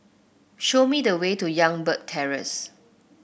show me the way to Youngberg Terrace